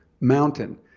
mountain